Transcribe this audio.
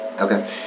Okay